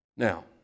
Now